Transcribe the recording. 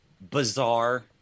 bizarre